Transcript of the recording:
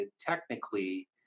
technically